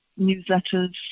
newsletters